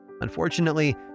Unfortunately